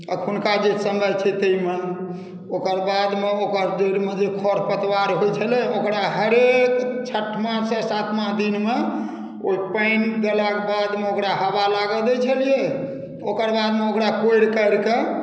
अखुनका जे समय छै ताहिमे ओकर बादमे ओकर जैरमे जे खर पतवार होइ छलै ने ओकरा हरेक छठमा से सातमा दिनमे ओ पानि देलाके बादमे ओकरा हवा लागऽ दै छेलियै ओकर बादमे ओकरा कोरि कारिके